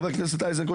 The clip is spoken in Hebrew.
חבר הכנסת איזנקוט,